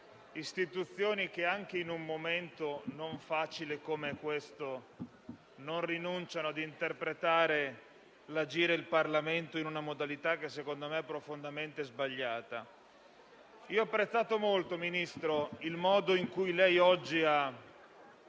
istituzioni che, anche in un momento non facile come questo, un modo di agire in Parlamento con modalità che secondo me sono profondamente sbagliate. Ho apprezzato molto, Ministro, il modo in cui lei oggi ha